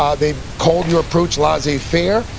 um they called your approach laissez-faire.